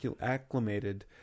acclimated